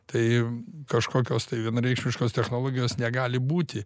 tai kažkokios tai vienareikšmiškos technologijos negali būti